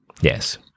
Yes